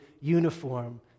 uniform